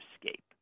escape